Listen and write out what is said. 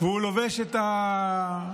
והוא לובש את המגפיים,